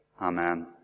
Amen